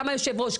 גם היושב ראש,